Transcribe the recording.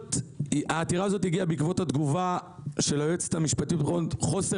העתירה הזאת הגיעה בעקבות התגובה של היועצת המשפטית חוסר